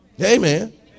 Amen